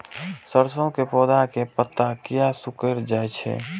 सरसों के पौधा के पत्ता किया सिकुड़ जाय छे?